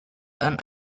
and